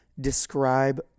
describe